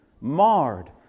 marred